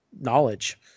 knowledge